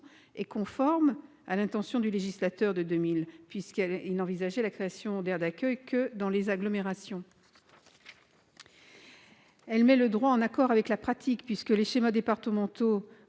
est conforme à l'intention du législateur de 2000, puisqu'il n'envisageait la création d'aires d'accueil que dans les « agglomérations ». Elle met le droit en accord avec la pratique, puisque les schémas départementaux